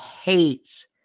hates